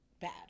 bad